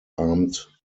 armed